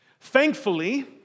Thankfully